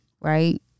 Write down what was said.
Right